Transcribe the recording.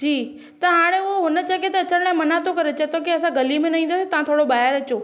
जी त हाणे हो हुन जॻहि ते अचण लाइ मना थो करे चए तो की असां गलीअ में न ईंदो तव्हां थोरो ॿाहिरि अचो